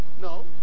No